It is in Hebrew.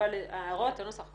הערות נוספות.